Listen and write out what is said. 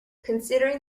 considering